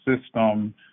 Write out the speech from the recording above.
system